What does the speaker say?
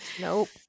Nope